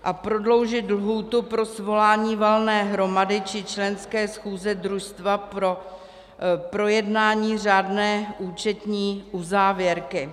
A prodloužit lhůtu pro svolání valné hromady či členské schůze družstva pro projednání řádné účetní uzávěrky.